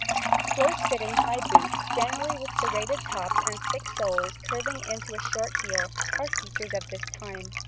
close-fitting high boots, generally with serrated tops and thick soles curving into a short heel, are features of this time.